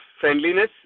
friendliness